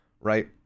Right